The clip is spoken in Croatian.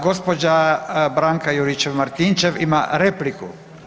Gospođa Branka Juričev Martinčev ima repliku.